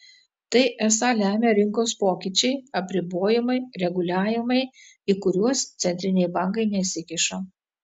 tai esą lemia rinkos pokyčiai apribojimai reguliavimai į kuriuos centriniai bankai nesikiša